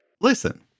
Listen